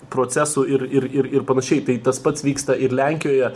procesų ir ir ir ir panašiai tai tas pats vyksta ir lenkijoje